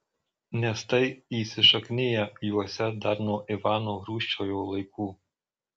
nes tai įsišakniję juose dar nuo ivano rūsčiojo laikų